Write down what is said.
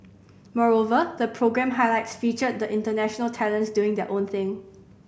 moreover the programme highlights featured the international talents doing their own thing